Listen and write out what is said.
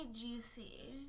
Juicy